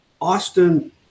Austin